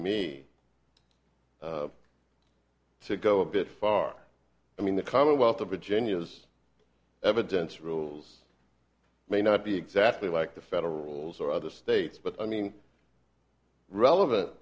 me to go a bit far i mean the commonwealth of virginia has evidence rules may not be exactly like the federal rules or other states but i mean relevant